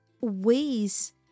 ways